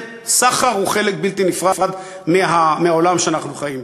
וסחר הוא חלק בלתי נפרד מהעולם שאנחנו חיים בו.